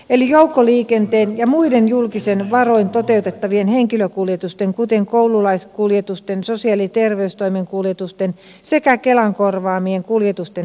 eli joukkoliikenteen ja muiden julkisin varoin toteutettavien henkilökuljetusten kuten koululaiskuljetusten sosiaali ja terveystoimen kuljetusten sekä kelan korvaamien kuljetusten yhdistäminen